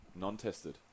non-tested